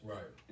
Right